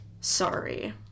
sorry